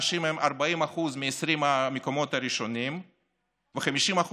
הנשים הן 40% מ-20 המקומות הראשונים ו-50%